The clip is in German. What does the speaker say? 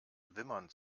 wimmern